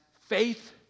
faith